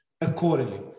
accordingly